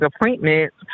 appointments